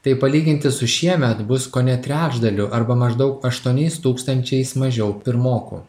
tai palyginti su šiemet bus kone trečdaliu arba maždaug aštuoniais tūkstančiais mažiau pirmokų